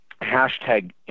hashtag